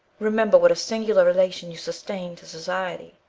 remember what a singular relation you sustain to society.